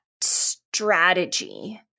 strategy